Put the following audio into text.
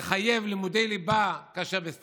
לחייב לימודי ליבה, כאשר כל